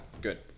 Good